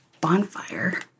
bonfire